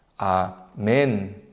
Amen